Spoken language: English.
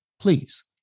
please